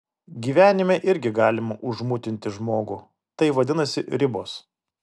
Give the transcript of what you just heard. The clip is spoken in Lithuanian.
gyvenime irgi galima užmutinti žmogų tai vadinasi ribos